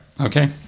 Okay